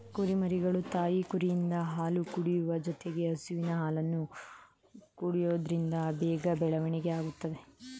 ಕುರಿಮರಿಗಳು ತಾಯಿ ಕುರಿಯಿಂದ ಹಾಲು ಕುಡಿಯುವ ಜೊತೆಗೆ ಹಸುವಿನ ಹಾಲನ್ನು ಕೊಡೋದ್ರಿಂದ ಬೇಗ ಬೆಳವಣಿಗೆ ಆಗುತ್ತದೆ